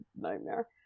nightmare